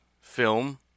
film